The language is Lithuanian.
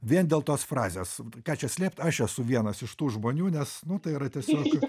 vien dėl tos frazės ką čia slėpt aš esu vienas iš tų žmonių nes nu tai yra tiesiog